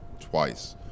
twice